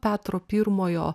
petro pirmojo